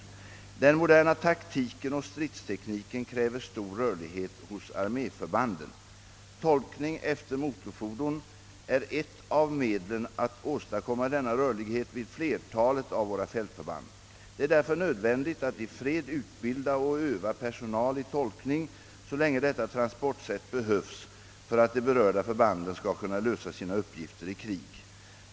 Den moderna taktiken och stridstekniken kräver stor rörlighet hos armé förbanden. Tolkning efter motorfordon är ett av medlen att åstadkomma denna rörlighet vid flertalet av våra fältförband. Det är därför nödvändigt att i fred utbilda och öva personal i tolkning så länge detta transportsätt behövs för att de berörda förbanden skall kunna lösa sina uppgifter i krig.